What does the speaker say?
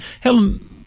helen